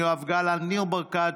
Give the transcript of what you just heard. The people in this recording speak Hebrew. יואב גלנט,